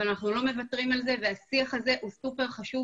אבל אנחנו לא מוותרים על זה והשיח הזה סופר חשוב